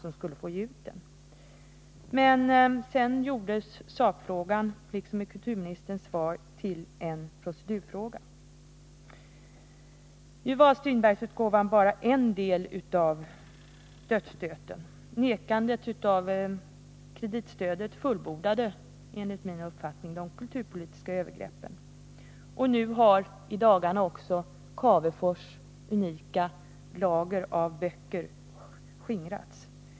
Men sedan gjordes sakfrågan till en procedurfråga, liksom i kulturministerns svar. Nu var Strindbergsutgåvan bara en del av dödsstöten. Nekandet av kreditstödet fullbordade enligt min uppfattning de kulturpolitiska övergreppen, och nu i dagarna har också Cavefors unika lager av böcker skingrats.